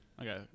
okay